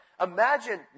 Imagine